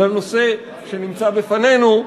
לנושא שנמצא לפנינו,